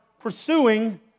pursuing